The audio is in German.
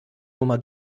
nummer